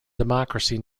democracy